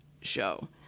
show